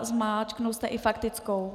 Zmáčkl jste i faktickou.